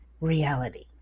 reality